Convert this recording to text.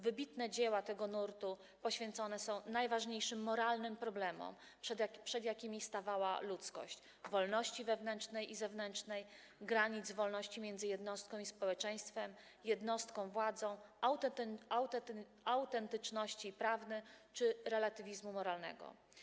Wybitne dzieła tego nurtu poświęcone są najważniejszym moralnym problemom, przed jakimi stawała ludzkość, problemom wolności wewnętrznej i zewnętrznej, granic wolności między jednostką i społeczeństwem, jednostką i władzą, autentyczności prawnej czy relatywizmu moralnego.